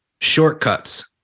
shortcuts